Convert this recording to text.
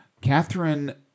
Catherine